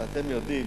ואתם יודעים: